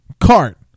cart